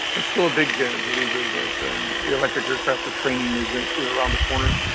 still a big believer that the electric aircraft for training is is around the corner,